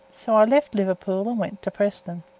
so i left liverpool and went to preston.